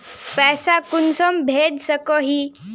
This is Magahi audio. पैसा कुंसम भेज सकोही?